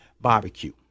barbecue